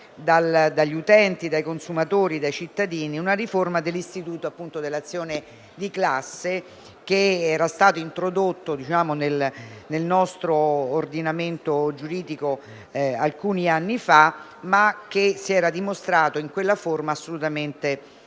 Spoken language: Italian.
dagli utenti, dai consumatori e dai cittadini. Si tratta di una riforma dell'istituto dell'azione di classe, che era stato introdotto nel nostro ordinamento giuridico alcuni anni fa, ma che si era dimostrato in una forma assolutamente non